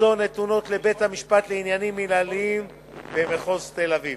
זו נתונות לבית-המשפט לעניינים מינהליים במחוז תל-אביב.